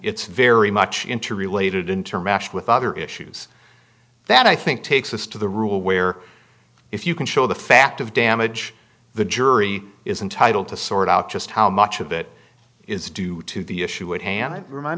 it's very much interrelated intermeshed with other issues that i think takes us to the rule where if you can show the fact of damage the jury is entitle to sort out just how much of it is due to the issue at hand that remind